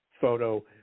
photo